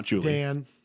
Dan